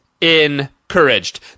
encouraged